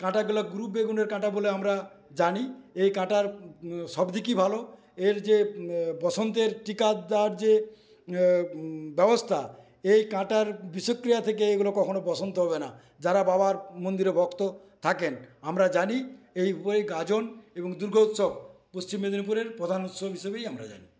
কাঁটাগুলা গ্রু বেগুনের বলে আমরা জানি এই কাঁটার সব দিকই ভালো এর যে বসন্তের টিকা দেওয়ার যে ব্যবস্থা এই কাঁটার বিষক্রিয়া থেকে এইগুলো কখনও বসন্ত হবে না যারা বাবার মন্দিরে ভক্ত থাকেন আমরা জানি এই উপায় গাজন এবং দুর্গোৎসব পশ্চিম মেদিনীপুরের প্রধান উৎসব হিসাবেই আমরা জানি